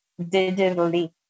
digitally